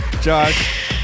josh